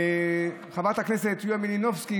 חברת הכנסת יוליה מלינובסקי,